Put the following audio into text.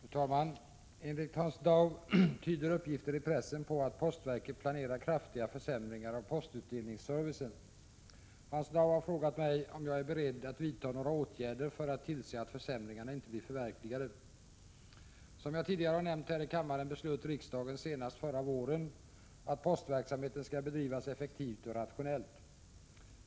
Fru talman! Enligt Hans Dau tyder uppgifter i pressen på att postverket planerar kraftiga försämringar av postutdelningsservicen. Hans Dau har frågat mig om jag är beredd att vidta några åtgärder för att tillse att försämringarna inte blir förverkligade. Som jag tidigare har nämnt här i kammaren beslöt riksdagen senast förra våren att postverksamheten skall bedrivas effektivt och rationellt.